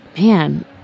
man